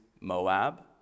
Moab